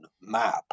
map